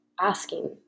asking